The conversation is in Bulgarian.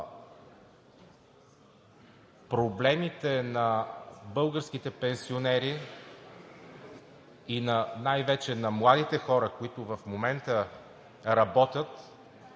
Проблемите на българските пенсионери и най-вече на младите хора, които в момента работят,